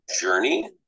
journey